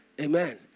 amen